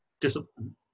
discipline